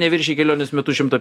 neviršiji kelionės metu šimto